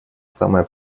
самое